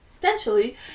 Essentially